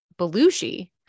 Belushi